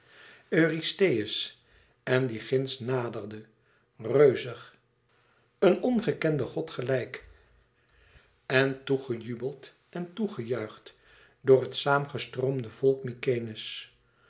eurystheus en die ginds naderde reuzig een ongekende god gelijk en toe gejubeld en toe gejuicht door het saâm gestroomde